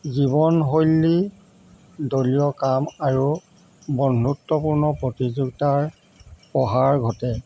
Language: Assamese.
জীৱনশৈলী দলীয় কাম আৰু বন্ধুত্বপূৰ্ণ প্ৰতিযোগীতাৰ প্ৰসাৰ ঘটে